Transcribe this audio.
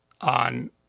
on